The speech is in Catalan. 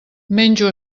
menjo